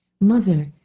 Mother